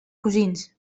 cosins